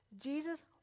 Jesus